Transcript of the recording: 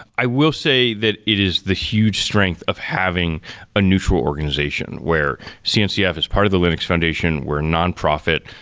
i will say that it is the huge strength of having a neutral organization where cncf is part of the linux foundation, we're nonprofit,